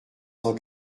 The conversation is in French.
cent